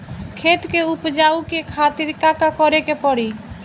खेत के उपजाऊ के खातीर का का करेके परी?